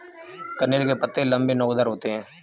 कनेर के पत्ते लम्बे, नोकदार होते हैं